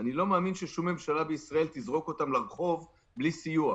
אני לא מאמין ששום ממשלה בישראל תזרוק אותם לרחוב בלי סיוע.